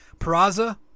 Peraza